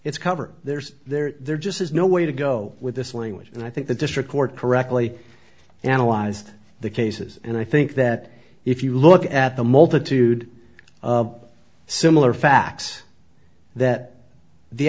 it's cover there's there there just is no way to go with this language and i think the district court correctly analyzed the cases and i think that if you look at the multitude of similar facts that the